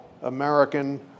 American